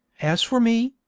as for me,